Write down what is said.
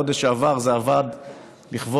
בחודש שעבר זה עבד לכבוד,